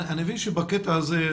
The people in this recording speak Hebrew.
אני מבין שבקטע הזה,